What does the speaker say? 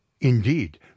Indeed